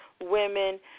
women